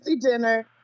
dinner